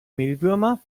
mehlwürmer